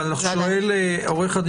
שואל עו"ד